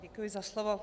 Děkuji za slovo.